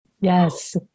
yes